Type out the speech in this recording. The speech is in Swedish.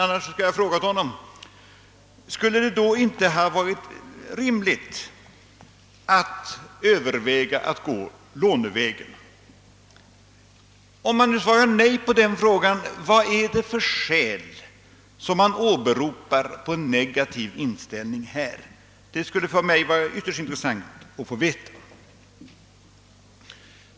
Jag är ledsen att departementschefen inte är här, annars skulle jag ha frågat honom. Om man svarar nej på den frågan, vad är det för skäl som man åberopar för en negativ inställning? Det skulle för mig vara ytterst intressant att få veta det.